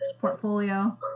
portfolio